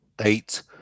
eight